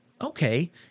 okay